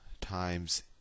times